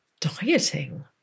dieting